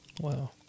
wow